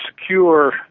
secure